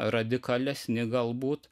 radikalesni galbūt